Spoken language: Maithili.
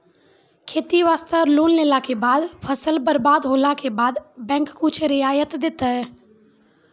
खेती वास्ते लोन लेला के बाद फसल बर्बाद होला के बाद बैंक कुछ रियायत देतै?